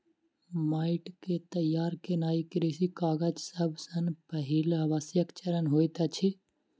माइट के तैयार केनाई कृषि काजक सब सॅ पहिल आवश्यक चरण होइत अछि